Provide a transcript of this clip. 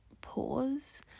pause